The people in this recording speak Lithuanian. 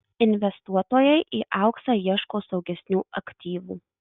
investuotojai į auksą ieško saugesnių aktyvų